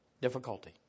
difficulty